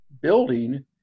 building